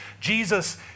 Jesus